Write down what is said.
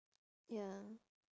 ya